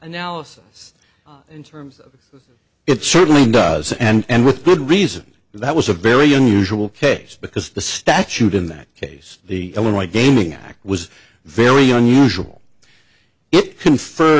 analysis in terms of it certainly does and with good reason that was a very unusual case because the statute in that case the illinois gaming act was very unusual